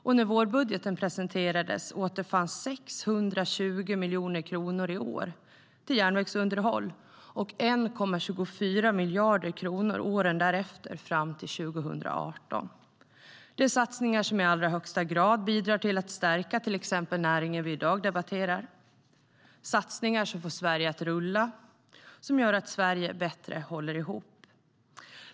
Och när vårbudgeten presenterades återfanns 620 miljoner kronor till järnvägsunderhåll i år och 1,24 miljarder kronor åren därefter fram till 2018. Det är satsningar som i allra högsta grad bidrar till att stärka till exempel den näring som vi debatterar i dag. Det är satsningar som får Sverige att rulla och som gör att Sverige håller ihop bättre.